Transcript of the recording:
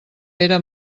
era